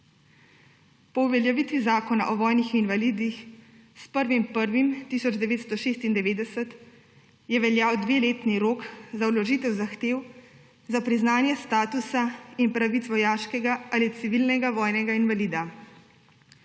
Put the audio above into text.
Po uveljavitvi Zakona o vojnih invalidih s 1. 1. 1996 je veljal dveletni rok za vložitev zahtev za priznanje statusa in pravic vojaškega ali civilnega vojnega invalida.